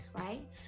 right